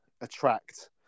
attract